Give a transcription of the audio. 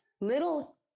little